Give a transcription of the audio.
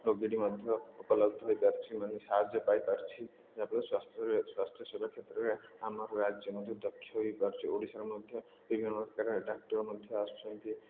ରୋଗୀଟି ମଧ୍ୟ ଉପଲବ୍ଧ ହୋଇପାରୁଛି ମାନେ ସାହାଯ୍ୟ ପାଇପାରୁଛି ଯାହାଫଳରେ ସ୍ୱାସ୍ଥ୍ୟ ସେବା କ୍ଷେତ୍ରରେ ଆମର ରାଜ୍ୟ ମଧ୍ୟ ଦକ୍ଷ ହୋଇପାରୁଛି ଓଡ଼ିଶାରେ ମଧ୍ୟ ବିଭିନ୍ନ ପ୍ରକାର ଡାକ୍ତର ମଧ୍ୟ ଆସୁଛନ୍ତି